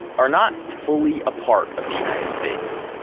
are not fully a part of the united states.